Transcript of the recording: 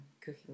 cooking